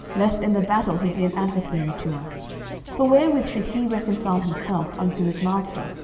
lest in the battle he be an adversary to us for wherewith should he reconcile himself unto his master?